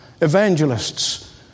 evangelists